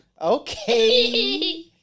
Okay